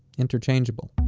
interchangeable